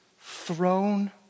throne